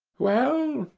well,